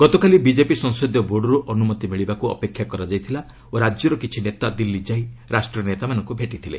ଗତକାଲି ବିଜେପି ସଂସଦୀୟ ବୋର୍ଡରୁ ଅନୁମତି ମିଳିବାକୁ ଅପେକ୍ଷା କରାଯାଇଥିଲା ଓ ରାଜ୍ୟର କିଛି ନେତା ଦିଲ୍ଲୀ ଯାଇ ରାଷ୍ଟ୍ରୀୟ ନେତାମାନଙ୍କୁ ଭେଟିଥିଲେ